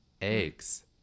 Eggs